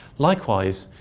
likewise,